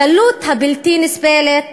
הקלות הבלתי-נסבלת